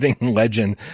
legend